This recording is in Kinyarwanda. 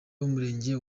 b’umurenge